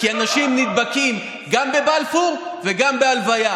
כי אנשים נדבקים גם בבלפור וגם בהלוויה.